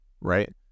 right